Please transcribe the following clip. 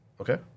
Okay